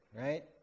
right